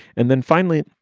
and then finally,